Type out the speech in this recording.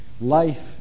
Life